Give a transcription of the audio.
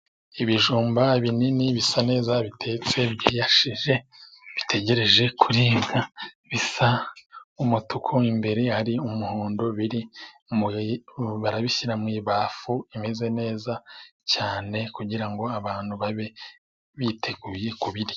Ibijumba binini bisa neza bitetse byiyashije bitegereje kuribwa, bisa umutuku imbere hari umuhondo biri barabishyira mu ibafu imeze neza cyane kugira ngo abantu babe biteguye kubirya.